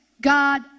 God